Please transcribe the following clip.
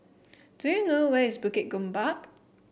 do you know where is Bukit Gombak